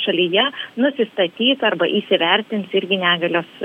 šalyje nusistatys arba įsivertins irgi negalios